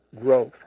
growth